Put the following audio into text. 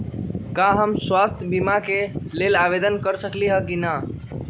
का हम स्वास्थ्य बीमा के लेल आवेदन कर सकली ह की न?